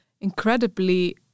incredibly